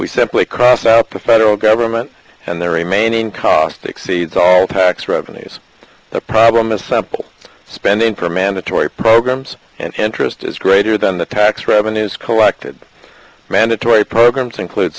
we simply cross out the federal government and the remaining cost exceeds all tax revenues the problem is simple spending for mandatory programs and interest is greater than the tax revenues collected mandatory programs includ